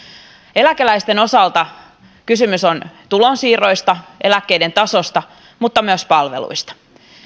eläkeläisten osalta kysymys on tulonsiirroista ja eläkkeiden tasosta mutta myös palveluista